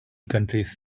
countries